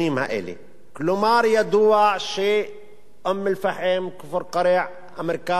כלומר, ידוע שאום-אל-פחם, כפר-קרע, המרכז זה חדרה.